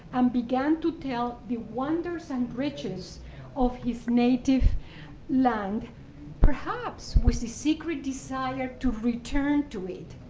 um began to tell the wonders and riches of his native land perhaps with a secret desire to return to it.